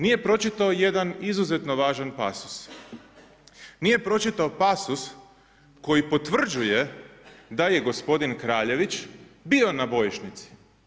Nije pročitao jedan izuzetno važan pasos, nije pročitao pasos koji potvrđuje da je gospodin Kraljević bio na bojišnici.